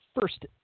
first